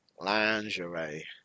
Lingerie